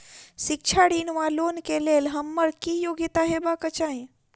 शिक्षा ऋण वा लोन केँ लेल हम्मर की योग्यता हेबाक चाहि?